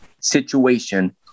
situation